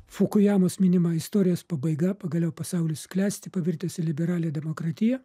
fukujamos minima istorijas pabaiga pagaliau pasaulis klesti pavirtęs į liberalią demokratiją